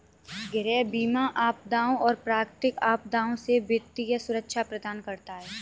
गृह बीमा आपदाओं और प्राकृतिक आपदाओं से वित्तीय सुरक्षा प्रदान करता है